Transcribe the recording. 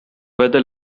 weather